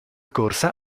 corsa